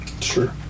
Sure